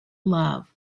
love